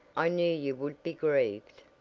i knew you would be grieved.